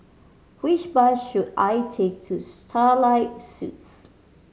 which bus should I take to Starlight Suites